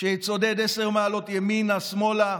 שיצודד עשר מעלות ימינה, שמאלה,